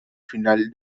final